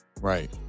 right